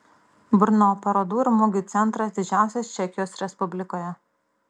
brno parodų ir mugių centras didžiausias čekijos respublikoje